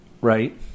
Right